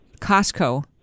Costco